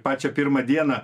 pačią pirmą dieną